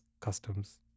customs